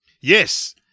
Yes